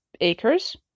acres